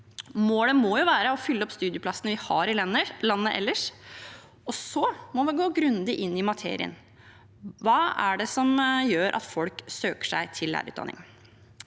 Målet må være å fylle opp studieplassene vi har i landet ellers, og så må vi gå grundig inn i materien: Hva er det som gjør at folk søker seg til lærerutdanningen?